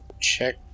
check